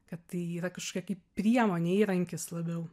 kad tai yra kažkokia kaip priemonė įrankis labiau